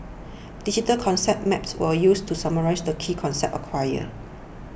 digital concept maps were used to summarise the key concepts acquired